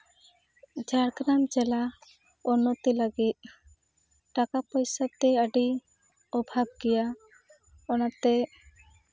ᱡᱷᱟᱲᱜᱨᱟᱢ ᱡᱮᱞᱟ ᱩᱱᱱᱚᱛᱤ ᱞᱟᱹᱜᱤᱫ ᱴᱟᱠᱟ ᱯᱚᱭᱥᱟᱛᱮ ᱟᱹᱰᱤ ᱚᱵᱷᱟᱵᱽ ᱜᱮᱭᱟ ᱚᱱᱟᱛᱮ